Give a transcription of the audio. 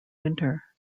winter